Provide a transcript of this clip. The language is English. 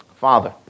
Father